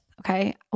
Okay